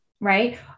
right